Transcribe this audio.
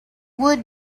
would